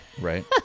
Right